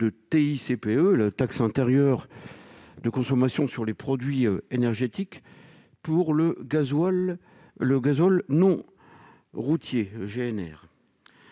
de TICPE, la taxe intérieure de consommation sur les produits énergétiques, pour le gazole non routier, le